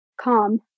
Calm